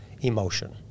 emotion